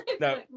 No